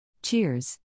Cheers